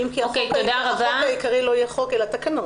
אם כי החוק העיקרי לא יהיה חוק, אלא תקנות.